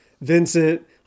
Vincent